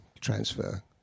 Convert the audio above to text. transfer